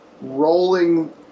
rolling